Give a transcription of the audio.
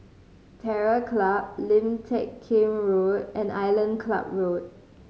Terror Club Lim Teck Kim Road and Island Club Road